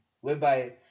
whereby